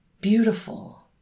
Beautiful